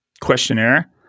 questionnaire